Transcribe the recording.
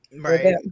Right